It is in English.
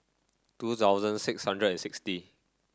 two thousand six hundred and sixty